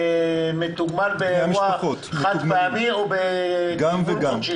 מתוגמל באירוע חד פעמי או חודשי?